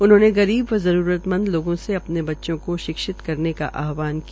उन्होंने गरीब व जररूतमंद लोगों से अपने बच्चों को शिक्षित करने का आहवान किया